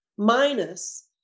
Minus